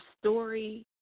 story